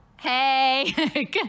Hey